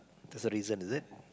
there's a reason is it